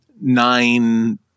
nine